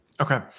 okay